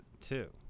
two